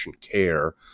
care